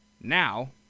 Now